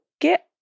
get